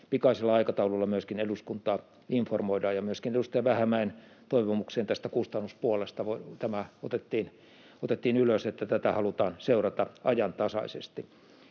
pikaisella aikataululla myöskin eduskuntaa informoidaan. Myöskin edustaja Vähämäen toivomus tästä kustannuspuolesta otettiin ylös, että tätä halutaan seurata ajantasaisesti.